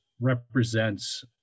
represents